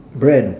brand